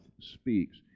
speaks